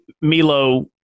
milo